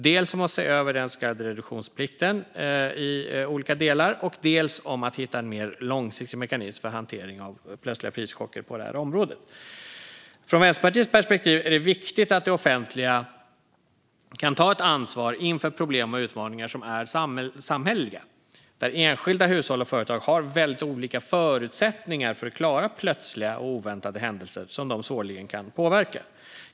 Det handlar om att se över den så kallade reduktionsplikten i olika delar. Det handlar också om att hitta en mer långsiktig mekanism för hantering av plötsliga prischocker på området. Från Vänsterpartiets perspektiv är det viktigt att det offentliga kan ta ett ansvar inför problem och utmaningar som är samhälleliga. Där har enskilda hushåll och företag väldigt olika förutsättningar för att klara plötsliga och oväntade händelser som de svårligen kan påverka.